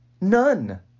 None